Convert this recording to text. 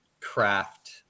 craft